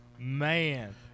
man